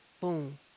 Boom